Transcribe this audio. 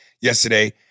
yesterday